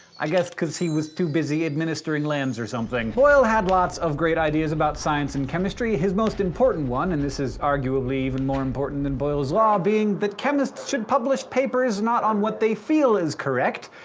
i guess because he was too busy administering lands or something. boyle had lots of great ideas about science and chemistry. his most important one, and this is arguably even more important than boyle's law, being that chemists should publish papers not on what they feel is correct,